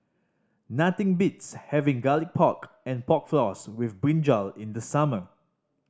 nothing beats having Garlic Pork and Pork Floss with brinjal in the summer